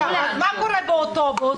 רגע, מה קורה באוטובוס?